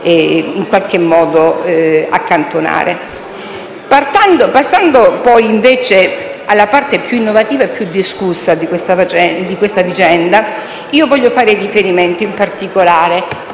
in qualche modo accantonare. Passando, poi alla parte più innovativa e più discussa di questa vicenda, voglio fare riferimento in particolare